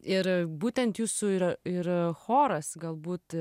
ir būtent jūsų ir ir choras galbūt